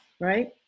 right